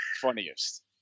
Funniest